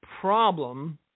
problem